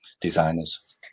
designers